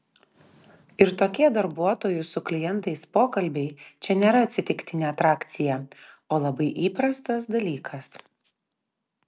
ir tokie darbuotojų su klientais pokalbiai čia nėra atsitiktinė atrakcija o labai įprastas dalykas